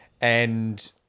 And-